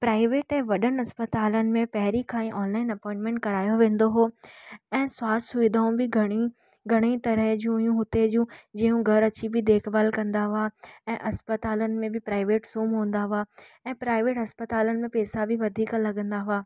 private ऐं वॾनि अस्पतालुनि में पहिरीं खां ई ऑनलाइन अपोइंटमेंट करायो वेंदो हुओ ऐं स्वास्थ सुविधाऊं बि घणे ई घणे ई तरह जूं हुयूं हुते जूं जूं घरु अची बि देखभालु कंदा हुआ ऐंं अस्पतालनि में बि प्राइवेट्स रूम हूंदा हुआ ऐं प्राइवेट अस्पतालुनि में पैसा बि वधीक लॻंदा हुआ